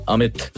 Amit